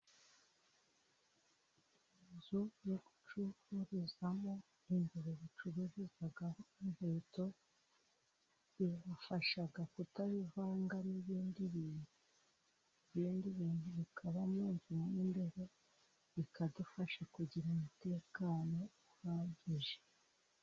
Inzu yo gucururizamo, imbere izicururizagaho inkweto, ibabafasha kutabivanga n'ibindi bintu, ibindi bintu bikaba mu nzu mo imbere, bikadufasha kugira umutekano uhagije.